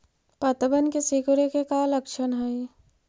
पत्तबन के सिकुड़े के का लक्षण हई?